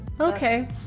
Okay